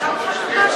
ניתן לך לחזור.